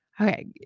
Okay